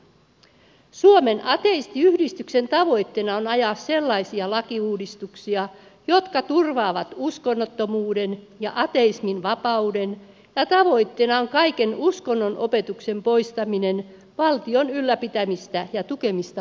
suomen ateistiyhdistyksen tavoitteena on ajaa sellaisia lakiuudistuksia jotka turvaavat uskonnottomuuden ja ateistimin vapauden ja tavoitteena on kaiken uskonnonopetuksen poistaminen valtion ylläpitämistä ja tukemista oppilaitoksista